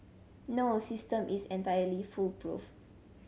no system is entirely foolproof